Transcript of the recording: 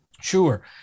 Sure